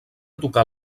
tocar